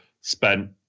spent